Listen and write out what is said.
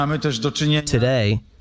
Today